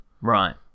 right